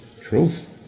truth